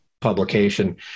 publication